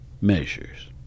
measures